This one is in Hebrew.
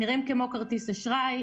הם נראים כמו כרטיס אשראי,